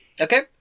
okay